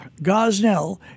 Gosnell